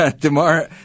tomorrow